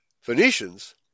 Phoenicians